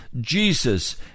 Jesus